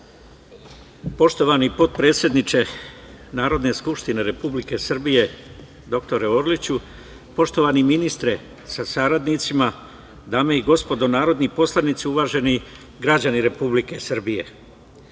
Poštovani potpredsedniče Narodne skupštine Republike Srbije, dr Orliću, poštovani ministre sa saradnicima, dame i gospodo narodni poslanici, uvaženi građani Republike Srbije,